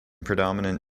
predominant